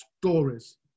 stories